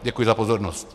Děkuji za pozornost.